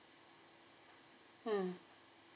mm